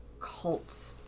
cult